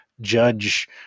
judge